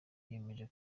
biyemeje